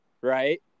right